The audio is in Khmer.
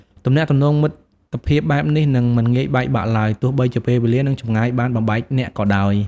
ទំនាក់ទំនងមិត្តភាពបែបនេះនឹងមិនងាយបែកបាក់ឡើយ ទោះបីជាពេលវេលានិងចម្ងាយបានបំបែកអ្នកក៏ដោយ។